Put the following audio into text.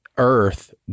earth